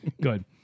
Good